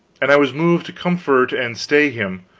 and i was moved to comfort and stay him.